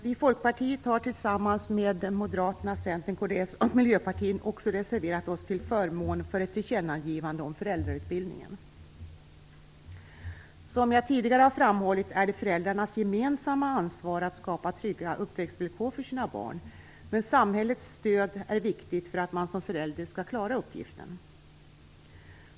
Vi i Folkpartiet har tillsammans med Moderaterna, Centern, kds och Miljöpartiet reserverat oss till förmån för ett tillkännagivande om föräldrautbildningen. Som jag tidigare har framhållit är det föräldrarnas gemensamma ansvar att skapa trygga uppväxtvillkor för sina barn, men samhällets stöd är viktigt för att man som förälder skall klara uppgiften.